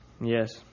Yes